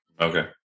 Okay